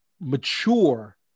mature